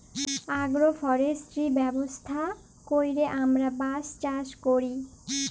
agro forestry ব্যবস্থা ক্যইরে আমরা বাঁশ চাষ ক্যরি